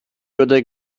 würde